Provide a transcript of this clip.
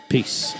Peace